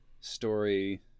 story